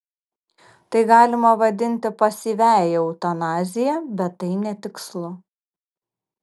tai galima vadinti pasyviąja eutanazija bet tai netikslu